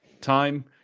time